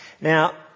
Now